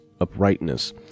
uprightness